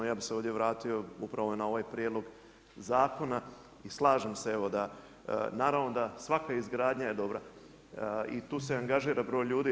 Ja bih se ovdje vratio upravo na ovaj prijedlog zakona i slažem se evo da, naravno da svaka izgradnja je dobra i tu se angažira broj ljudi.